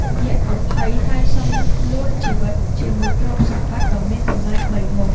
យក្សក៏ភ័យ ហើយសុំលោះជីវិតជាមួយទ្រព្យសម្បត្តិដ៏មានតម្លៃបីមុខ។